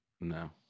No